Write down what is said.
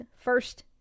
first